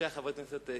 אתה אתנו בעניין המע"מ,